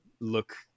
look